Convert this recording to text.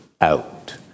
out